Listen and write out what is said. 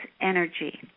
energy